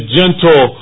gentle